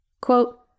Quote